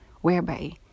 Whereby